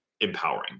empowering